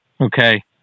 Okay